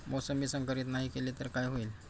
मोसंबी संकरित नाही केली तर काय होईल?